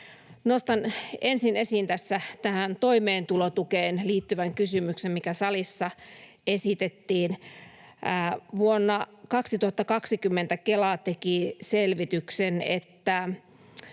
Nostan ensin tässä esiin tähän toimeentulotukeen liittyvän kysymyksen, mikä salissa esitettiin. Vuonna 2020 Kela teki selvityksen, että